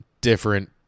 different